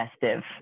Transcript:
festive